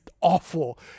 awful